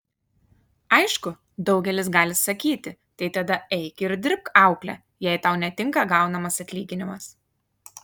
aišku daugelis gali sakyti tai tada eik ir dirbk aukle jei tau netinka gaunamas atlyginimas